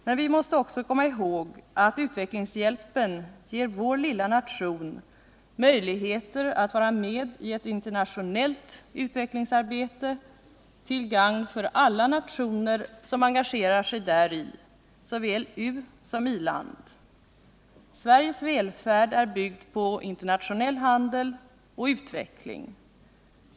Men vi måste också komma ihåg att utvecklingshjälpen ger vår lilla nation möjligheter att vara med i ett internationellt utvecklingsarbete till gagn för alla nationer som engagerar sig däri, såväl usom i-land. Sveriges välfärd är byggd på internationell handel och utveckling.